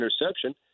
interception